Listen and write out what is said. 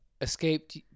escaped